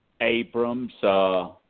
Abrams